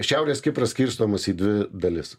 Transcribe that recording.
šiaurės kipras skirstomos į dvi dalis